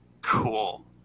Cool